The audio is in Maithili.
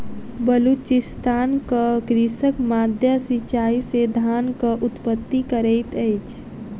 बलुचिस्तानक कृषक माद्दा सिचाई से धानक उत्पत्ति करैत अछि